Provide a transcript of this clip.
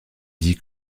dit